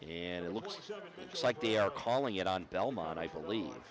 and it looks like they are calling it on belmont i believe